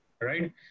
right